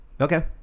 okay